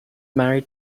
married